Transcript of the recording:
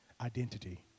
identity